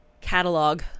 catalog